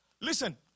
Listen